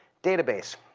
database.